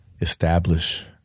establish